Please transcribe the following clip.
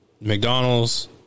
McDonald's